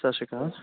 ਸਤਿ ਸ਼੍ਰੀ ਅਕਾਲ